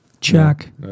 Check